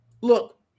look